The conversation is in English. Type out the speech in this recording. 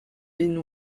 been